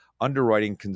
underwriting